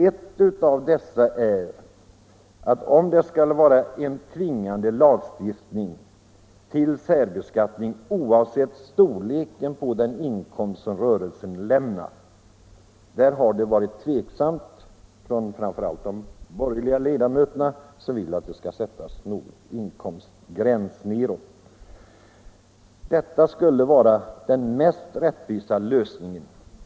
Ett av dessa problem är frågan om vi skall ha en tvingande lagstiftning om särbeskattning oavsett storleken av den inkomst som rörelsen lämnat. Där har framför allt de borgerliga ledamöterna varit tveksamma och velat sätta en lägsta inkomstgräns. En tvingande lagstiftning skulle vara den mest rättvisa lösningen.